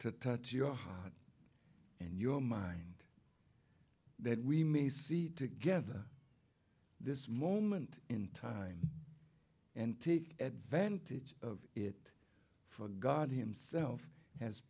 to touch your heart and your mind that we may see together this moment in time and take advantage of it for god himself has